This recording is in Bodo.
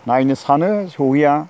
नायनो सानो सहैया